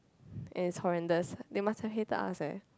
and it's horrendous they must have hated us eh